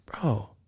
bro